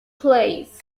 plays